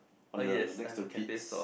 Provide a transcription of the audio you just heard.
on the next to the Pete's